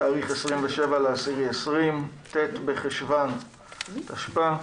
התאריך 27.10.20, ט' בחשוון תשפ"א.